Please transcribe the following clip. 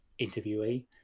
interviewee